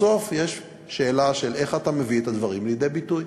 בסוף יש שאלה של איך אתה מביא את הדברים לידי ביטוי.